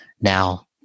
now